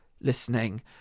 listening